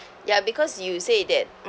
ya because you say that